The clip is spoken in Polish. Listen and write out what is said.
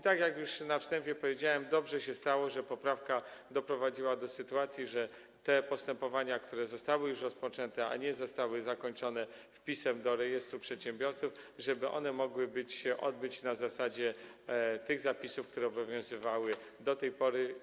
Tak jak już na wstępie powiedziałem, dobrze się stało, że poprawka doprowadziła do sytuacji, że te postępowania, które zostały już rozpoczęte, a nie zostały zakończone wpisem do rejestru przedsiębiorców, mogły odbywać się na zasadzie tych zapisów, które obowiązywały do tej pory.